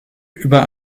über